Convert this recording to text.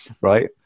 Right